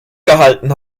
gehalten